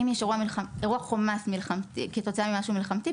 אירוע חומ"ס כתוצאה ממשהו מלחמתי,